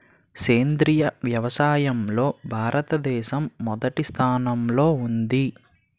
సేంద్రీయ వ్యవసాయంలో భారతదేశం మొదటి స్థానంలో ఉంది